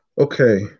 Okay